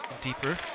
Deeper